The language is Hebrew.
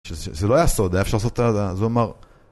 זה לא היה סוד, היה אפשר לעשות את זה, אז הוא אמר...